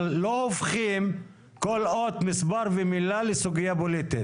אבל לא הופכים כל אות, מספר ומילה לסוגיה פוליטית.